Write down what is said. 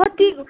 कति